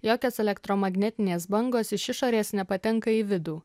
jokios elektromagnetinės bangos iš išorės nepatenka į vidų